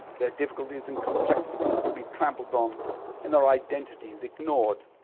their difficulties and complexities can be trampled on and their identities ignored.